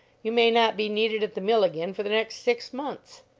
you may not be needed at the mill again for the next six months.